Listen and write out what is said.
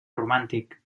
romàntic